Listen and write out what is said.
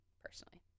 personally